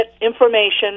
information